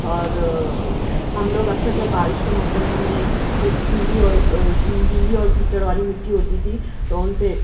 اور ہم لوگ اکثر جب بارش کے موسموں میں وہ گیلی اور گیلی اور کیچڑ والی مٹی ہوتی تھی تو ان سے